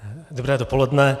Dobré dopoledne.